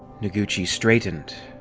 noguchi straightened.